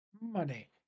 Money